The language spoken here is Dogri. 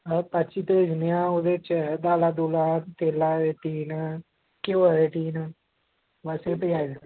ते पर्ची भेजने आं ओह्दे च ऐ दाला तेला दे टीन घिओ दे टीन बस एह् पजाये